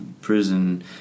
prison